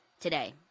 today